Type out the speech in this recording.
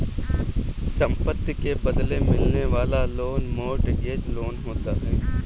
संपत्ति के बदले मिलने वाला लोन मोर्टगेज लोन होता है